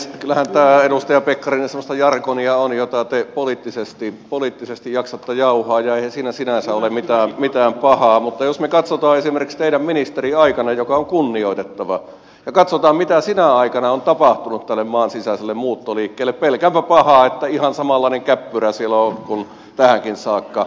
kyllähän tämä edustaja pekkarinen semmoista jargonia on jota te poliittisesti jaksatte jauhaa ja eihän siinä sinänsä ole mitään pahaa mutta jos me katsomme esimerkiksi teidän ministeriaikaanne joka on kunnioitettava ja katsomme mitä sinä aikana on tapahtunut tälle maan sisäiselle muuttoliikkeelle pelkäänpä pahoin että ihan samanlainen käppyrä siellä on kuin tähänkin saakka